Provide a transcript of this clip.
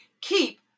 keep